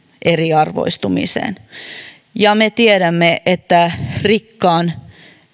eriarvoistumiseen me tiedämme että rikkaan